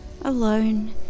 alone